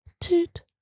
Toot